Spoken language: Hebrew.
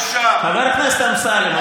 חבר הכנסת אמסלם,